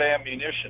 ammunition